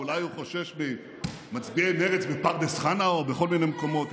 אולי הוא חושש ממצביעי מרצ בפרדס חנה או בכל מיני מקומות,